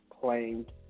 claimed